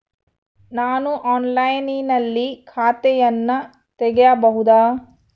ನಾನು ಆನ್ಲೈನಿನಲ್ಲಿ ಖಾತೆಯನ್ನ ತೆಗೆಯಬಹುದಾ?